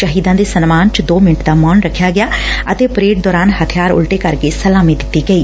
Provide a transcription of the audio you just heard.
ਸ਼ਹੀਦਾ ਦੇ ਸਨਮਾਨ ਚ ਦੋ ਮਿੰਟ ਦਾ ਮੋਨ ਰਖਿਆ ਗਿਆ ਅਤੇ ਪਰੇਡ ਦੌਰਾਨ ਹਬਿਆਰ ਉਲਟੇ ਕਰਕੇ ਸਲਾਮੀ ਦਿੱਤੀ ਗਈ